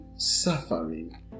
suffering